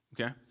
okay